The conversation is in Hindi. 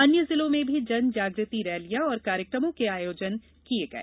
अन्य जिलों में भी जनजाग्रती रैलियां और कार्यक्रमों के आयोजित की गई